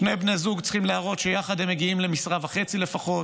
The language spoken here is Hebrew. שני בני זוג צריכים להראות שיחד הם מגיעים למשרה וחצי לפחות,